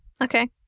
Okay